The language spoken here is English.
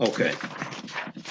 Okay